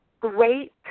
great